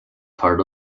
part